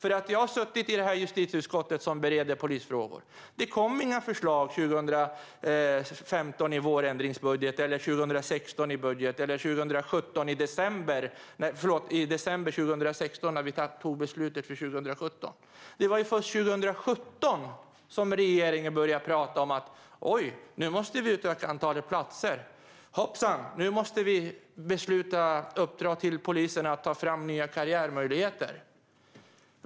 Jag har suttit i justitieutskottet, som bereder polisfrågor. Det kom inga förslag 2015 i vårändringsbudgeten eller 2016 i budgeten eller i december 2016, när vi tog beslutet för 2017. Det var först 2017 som regeringen började prata om detta: Oj, nu måste vi utöka antalet platser. Hoppsan! Nu måste vi uppdra åt polisen att ta fram nya karriärmöjligheter.